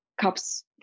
cups